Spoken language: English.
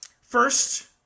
First